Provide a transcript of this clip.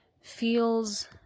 feels